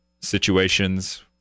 situations